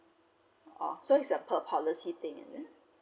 so it's a per policy thing then